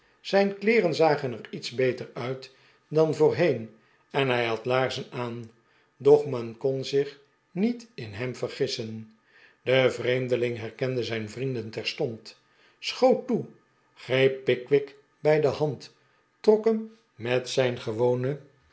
zijn kleeren zagen er iets beter uit dan voorheen en hij had laarzen aan doch men kon zich niet in hem vergissen de vreemdeling herkende zijn vrienden terstond schoot toe greep pickwick bij de hand trok hem met zijn gewone